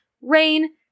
Rain